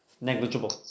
Negligible